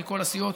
מכל הסיעות,